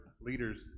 leaders